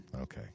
Okay